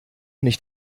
nicht